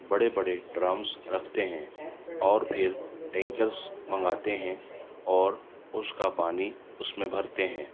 بڑے بڑے ڈرمس رکھتے ہیں اور پھر ٹینکرس منگاتے ہیں اور اس کا پانی اس میں بھرتے ہیں